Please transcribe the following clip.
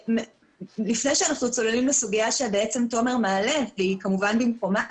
שלפני שאנחנו צוללים לסוגיה שתומר מעלה והיא כמובן במקומה